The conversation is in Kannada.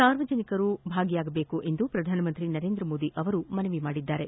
ಸಾರ್ವಜನಿಕರು ಭಾಗಿಯಾಗಬೇಕೆಂದು ಪ್ರಧಾನಮಂತ್ರಿ ನರೇಂದ್ರ ಮೋದಿಯವರು ಮನವಿ ಮಾಡಿದ್ದಾರೆ